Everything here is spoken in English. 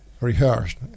rehearsed